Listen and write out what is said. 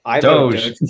Doge